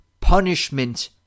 punishment